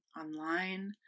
online